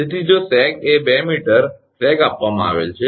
તેથી જો સેગ એ 2 𝑚 સેગ આપવામાં આવેલ છે